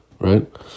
right